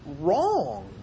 wrong